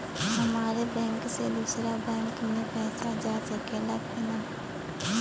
हमारे बैंक से दूसरा बैंक में पैसा जा सकेला की ना?